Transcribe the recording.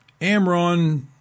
Amron